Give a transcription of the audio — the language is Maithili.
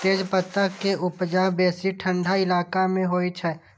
तेजपत्ता के उपजा बेसी ठंढा इलाका मे होइ छै